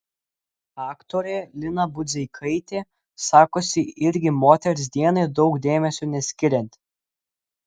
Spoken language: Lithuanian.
aktorė lina budzeikaitė sakosi irgi moters dienai daug dėmesio neskirianti